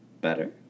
better